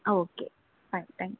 uh okay thank U